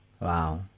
Wow